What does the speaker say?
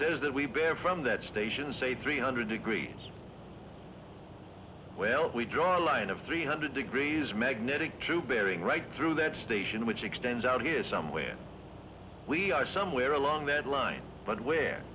says that we bear from that station say three hundred degrees well we draw a line of three hundred degrees magnetic to bering right through that station which extends out here somewhere we are somewhere along that line but where